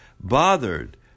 Bothered